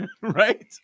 right